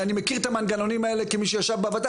ואני מכיר את המנגנונים האלה כמי שישב בוועדה,